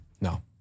no